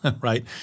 right